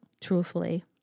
truthfully